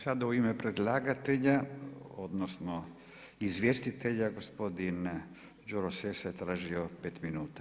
Sada u ime predlagatelja, odnosno izvjestitelja gospodin Đuro Sessa je tražio pet minuta.